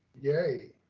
yay.